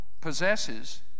possesses